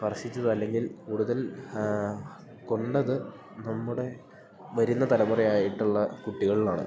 സ്പർശിച്ചതല്ലെങ്കിൽ കൂടുതൽ കൊണ്ടത് നമ്മുടെ വരുന്ന തലമുറയായിട്ടുള്ള കുട്ടികളിലാണ്